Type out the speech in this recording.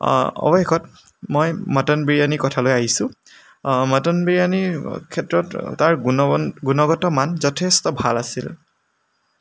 অৱশেষত মই মটন বিৰিয়ানিৰ কথালৈ আহিছোঁ মটন বিৰিয়ানিৰ ক্ষেত্ৰত তাৰ গুণগত মান যথেষ্ট ভাল আছিল